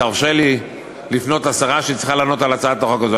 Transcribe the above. תרשה לי לפנות לשרה שצריכה לענות על הצעת החוק הזאת.